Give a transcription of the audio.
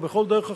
או בכל דרך אחרת,